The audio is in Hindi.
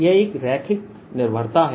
यह एक रैखिक निर्भरता है